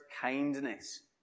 kindness